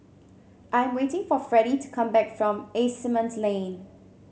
I am waiting for Fredie to come back from Asimont Lane